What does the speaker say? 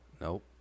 Nope